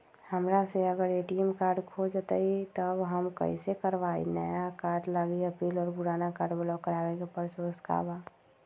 हमरा से अगर ए.टी.एम कार्ड खो जतई तब हम कईसे करवाई नया कार्ड लागी अपील और पुराना कार्ड ब्लॉक करावे के प्रोसेस का बा?